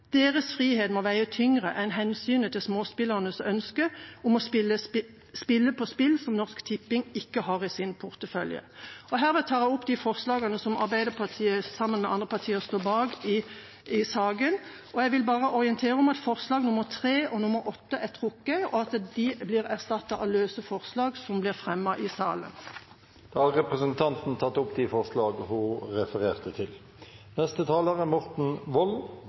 må veie tyngre enn hensynet til småspillernes ønske om å spille på spill som Norsk Tipping ikke har i sin portefølje. Herved tar jeg opp de forslagene som Arbeiderpartiet sammen med andre partier står bak i saken. Jeg vil bare orientere om at forslagene nr. 3 og nr. 8 er trukket, og at de blir erstattet av løse forslag som blir fremmet i salen. Da har representanten Kari Henriksen tatt opp de forslagene hun refererte til. La meg allerede innledningsvis fastslå: Spillpolitikk er